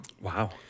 Wow